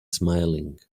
smiling